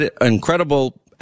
incredible